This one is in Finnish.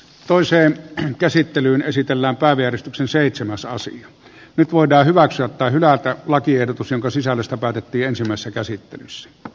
toiseen käsittelyyn esitellään päävieras on seitsemän saa sen nyt voidaan hyväksyä tai hylätä lakiehdotus jonka sisällöstä päätettiin ensimmäisessä käsittelyssä